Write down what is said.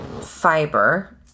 fiber